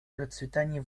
процветания